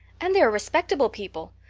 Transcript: and they are respectable people.